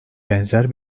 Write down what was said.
benzer